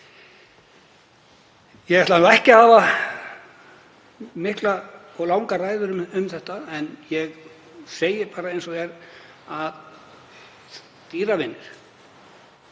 Ég ætlaði ekki að hafa mikla og langa ræðu um þetta en ég segi bara eins og er að dýravinum,